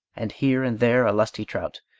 and here and there a lusty trout,